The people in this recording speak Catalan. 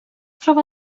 troba